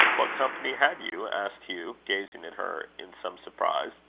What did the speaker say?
what company had you? asked hugh, gazing at her in some surprise.